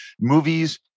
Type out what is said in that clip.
Movies